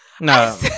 No